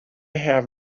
have